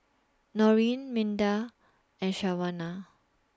Norene Minda and Shawna